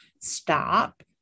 Stop